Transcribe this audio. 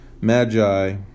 magi